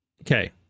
Okay